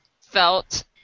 felt